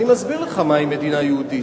אני מסביר לך מהי מדינה יהודית.